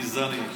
גזעני.